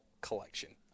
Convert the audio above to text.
collection